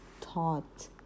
taught